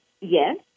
yes